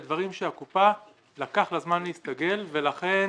אלה דברים שלקופה לקח זמן להסתגל ולכן